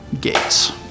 gates